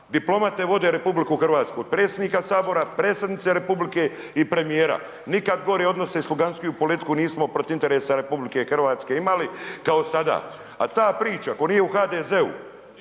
Diplomati vode RH od predsjednika Sabora, predsjednice Republike i premijera. Nikad gore odnose i sluganskiju politiku nismo protiv interesa RH imali kao sada. A ta priča tko nije u HDZ-u